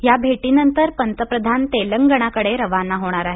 या भेटीनंतर पंतप्रधान तेलंगणकडे रवाना होणार आहेत